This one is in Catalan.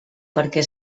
perquè